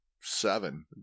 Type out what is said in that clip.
seven